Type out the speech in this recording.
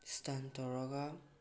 stunt ꯇꯧꯔꯒ